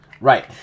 Right